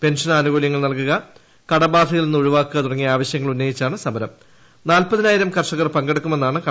pension ആനുകൂലൃങ്ങൾ നൽകുക കടബാധൃതയിൽ നിന്ന് ഒഴിവാക്കുക തുടങ്ങിയ ആവശ്യങ്ങൾ ഉന്നയിച്ചാണ് നാൽപ്പതിനായിരം കർഷകർ പങ്കെടുക്കുമെന്നാണ് സമരം